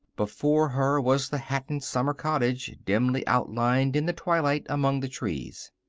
before her was the hatton summer cottage, dimly outlined in the twilight among the trees.